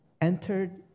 entered